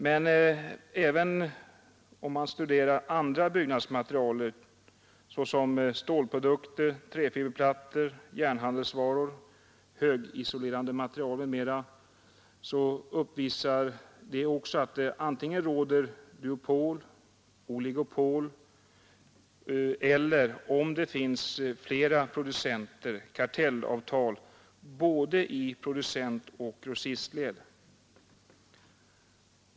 Men även när det gäller andra byggnadsmaterial såsom stålprodukter, träfiberplattor, järnhandelsvaror, högisolerande material m.m. råder antingen duopol eller oligopol eller, om det finns flera producenter, kartellavtal både i producentoch i grossistled.